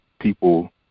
people